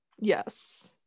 Yes